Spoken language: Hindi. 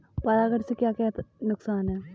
परागण से क्या क्या नुकसान हैं?